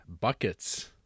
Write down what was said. buckets